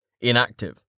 inactive